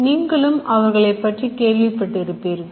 நீங்களும் அவர்களை பற்றி கேள்விப்பட்டிருப்பீர்கள்